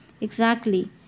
Exactly